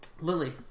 Lily